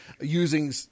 using